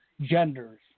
genders